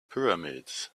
pyramids